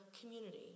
community